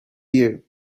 you